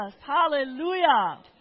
Hallelujah